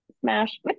smash